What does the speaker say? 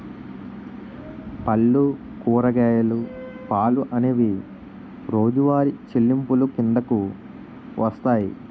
పళ్ళు కూరగాయలు పాలు అనేవి రోజువారి చెల్లింపులు కిందకు వస్తాయి